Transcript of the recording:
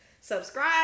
Subscribe